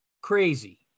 crazy